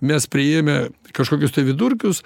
mes priėmę kažkokius tai vidurkius